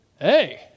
hey